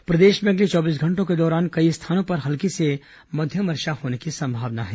मौसम प्रदेश में अगले चौबीस घंटों के दौरान कई स्थानों पर हल्की से मध्यम वर्षा होने की संभावना है